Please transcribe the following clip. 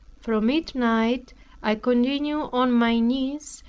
from midnight i continued on my knees,